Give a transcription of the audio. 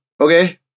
okay